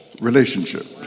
relationship